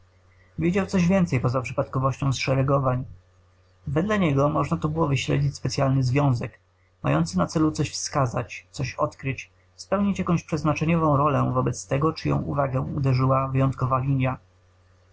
wychyleń widział coś więcej poza przypadkowością zszeregowań wedle niego można tu było wyśledzić specyalny związek mający na celu coś wskazać coś odkryć spełnić jakąś przeznaczeniową rolę wobec tego czyją uwagę uderzyła wyjątkowa linia